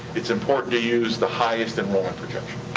it's important to use the highest enrollment projection.